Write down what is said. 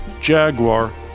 Jaguar